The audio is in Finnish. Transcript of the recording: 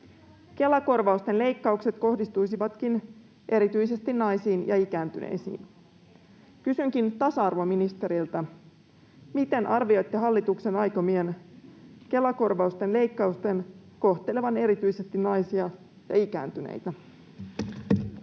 Kela-korvausten leikkaukset kohdistuisivatkin erityisesti naisiin ja ikääntyneisiin. Kysynkin tasa-arvoministeriltä: miten arvioitte hallituksen aikomien Kela-korvausten leikkausten kohtelevan erityisesti naisia ja ikääntyneitä?